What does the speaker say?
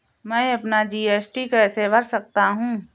मैं अपना जी.एस.टी कैसे भर सकता हूँ?